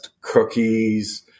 cookies